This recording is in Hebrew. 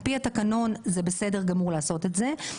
על פי התקנון זה בסדר גמור לעשות את זה.